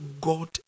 God